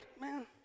Man